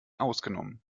ausgenommen